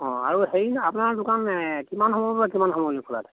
অঁ আৰু হেৰি নহয় আপোনাৰ দোকান কিমান সময়ৰ পৰা কিমান সময়লৈ খোলা থাকে